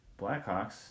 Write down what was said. Blackhawks